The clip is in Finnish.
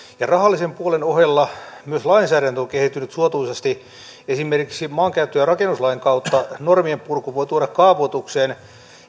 rahallisen puolen ohella myös lainsäädäntö on kehittynyt suotuisasti esimerkiksi maankäyttö ja rakennuslain kautta normienpurku voi tuoda kaavoitukseen